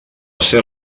ser